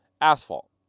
asphalt